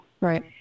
Right